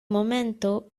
momento